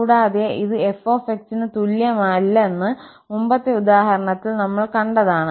കൂടാതെ ഇത് f ന് തുല്യമല്ലെന്ന് മുമ്പത്തെ ഉദാഹരണത്തിൽ നമ്മൾ കണ്ടതാണ്